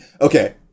Okay